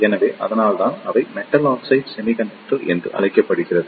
எனவே அதனால்தான் அவை மெட்டல் ஆக்சைடு செமிகண்டக்டர் என்று அழைக்கப்படுகின்றன